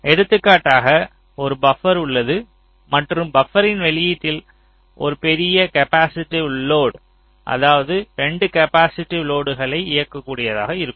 எடுத்துக்காட்டாக ஒரு பபர் உள்ளது மற்றும் பபரின் வெளியீட்டில் ஒரு பெரிய கேப்பாசிட்டிவ் லோடு அதாவது 2 கேப்பாசிட்டிவ் லோடுகளை இயக்ககூடியதாக உள்ளது